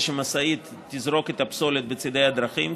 שמשאית תזרוק את הפסולת בצידי הדרכים,